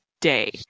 day